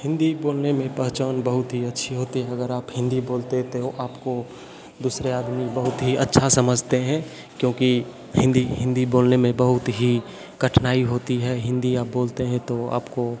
हिंदी बोलने में पहचान बहुत ही अच्छी होती है अगर आप हिंदी बोलते हो आपको दूसरे आदमी बहुत ही अच्छा समझते हैं क्योंकि हिंदी हिंदी बोलने में बहुत ही कठिनाई होती है हिंदी या बोलते हैं तो आपको